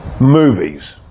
movies